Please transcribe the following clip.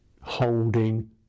holding